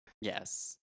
yes